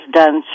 done